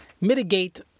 mitigate